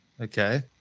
Okay